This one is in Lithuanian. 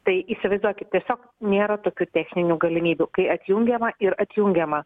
tai įsivaizduokit tiesiog nėra tokių techninių galimybių kai atjungiama ir atjungiama